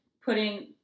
putting